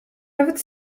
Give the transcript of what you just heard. nawet